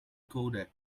codec